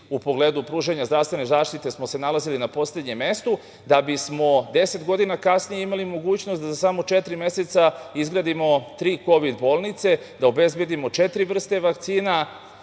u pogledu pružanja zdravstvene zaštite smo se nalazili na poslednjem mestu, da bismo deset godina kasnije imali mogućnost da za samo četiri meseca izgradimo tri kovid bolnice, da obezbedimo četiri vrste vakcina